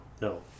no